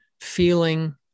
feeling